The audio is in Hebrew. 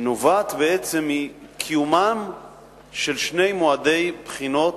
זה נובע מעצם קיומם של שני מועדי בחינות,